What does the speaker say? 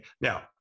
Now